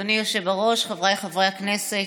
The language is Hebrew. אדוני היושב-ראש, חבריי חברי הכנסת,